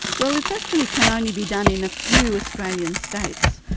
well it actually can only be done in a few australian states,